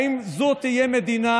האם זו תהיה מדינה